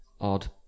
Odd